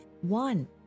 one